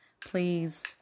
Please